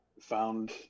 found